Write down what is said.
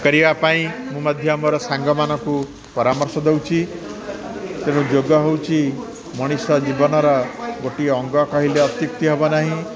କରିବା ପାଇଁ ମୁଁ ମଧ୍ୟ ମୋର ସାଙ୍ଗମାନଙ୍କୁ ପରାମର୍ଶ ଦଉଛି ତେଣୁ ଯୋଗ ହେଉଛି ମଣିଷ ଜୀବନର ଗୋଟିଏ ଅଙ୍ଗ କହିଲେ ଅତ୍ୟୁକ୍ତି ହବ ନାହିଁ